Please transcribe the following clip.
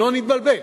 שלא נתבלבל.